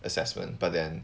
assessment but then